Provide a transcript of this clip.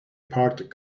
parked